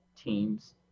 teams